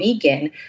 vegan